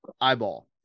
eyeball